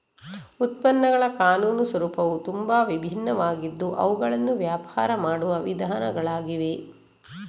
ಉತ್ಪನ್ನಗಳ ಕಾನೂನು ಸ್ವರೂಪವು ತುಂಬಾ ವಿಭಿನ್ನವಾಗಿದ್ದು ಅವುಗಳನ್ನು ವ್ಯಾಪಾರ ಮಾಡುವ ವಿಧಾನಗಳಾಗಿವೆ